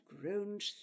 groaned